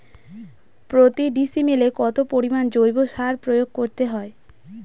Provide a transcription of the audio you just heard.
প্রতি ডিসিমেলে কত পরিমাণ জৈব সার প্রয়োগ করতে হয়?